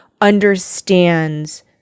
understands